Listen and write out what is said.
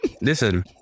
Listen